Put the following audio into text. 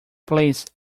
please